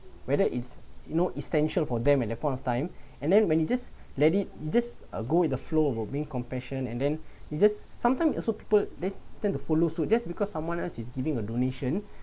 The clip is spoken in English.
whether is you know essential for them at that point of time and then when you just let it just uh go with the flow of being compassionate and then you just sometime you also people they tend to follow suit just because someone else is giving a donation